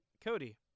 Cody